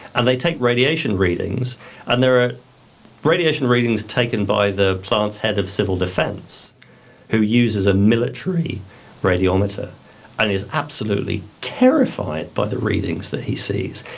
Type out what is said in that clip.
and they take radiation readings and there are radiation readings taken by the plant's head of civil defense who uses a military radiometer and is absolutely terrified by the readings that he sees.